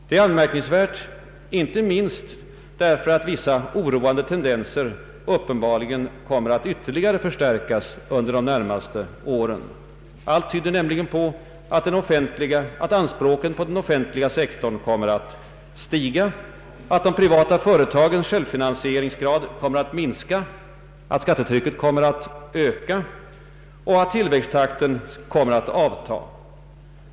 Det är anmärkningsvärt inte minst därför att vissa oroande tendenser uppenbarligen kommer att ytterligare förstärkas under den närmaste framtiden. Allt tyder nämligen på att anspråken på den offentliga sektorn kommer att fortsätta, att de privata företagens självfinansieringsgrad kommer att minska, att skattetrycket kommer att öka och tillväxttakten att avta.